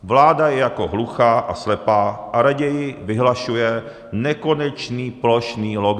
Vláda je jako hluchá a slepá a raději vyhlašuje nekonečný plošný lockdown.